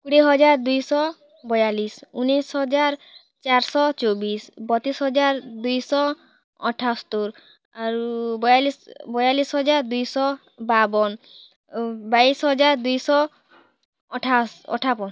କୁଡ଼େ ହଜାର୍ ଦୁଇଶ ବୟାଲିଶ୍ ଉନେଇଶ୍ ହଜାର୍ ଚାର୍ଶ ଚବିଶ୍ ବତିଶ୍ ହଜାର୍ ଦୁଇଶ ଅଠସ୍ତୁର୍ ଆରୁ ବୟାଲିଶ୍ ବୟାଲିଶ୍ ହଜାର୍ ଦୁଇଶ ବାବନ୍ ବାଇଶ୍ ହଜାର୍ ଦୁଇଶ ଅଠାଅଶ୍ ଅଠାବନ୍